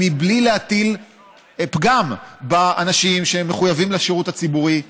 ובלי להטיל פגם באנשים שמחויבים לשירות הציבורי,